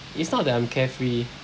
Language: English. it's not that I'm carefree